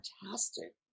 fantastic